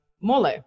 mole